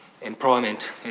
employment